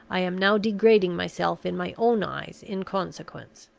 i am now degrading myself in my own eyes in consequence.